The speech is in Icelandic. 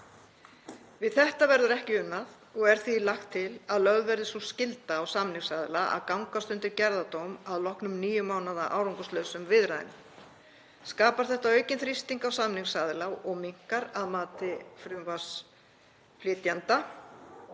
Við þetta verður ekki unað og er því lagt til að lögð verði sú skylda á samningsaðila að gangast undir gerðardóm að loknum níu mánaða árangurslausum viðræðum. Skapar þetta aukinn þrýsting á samningsaðila og minnkar, að mati frumvarpsflytjenda,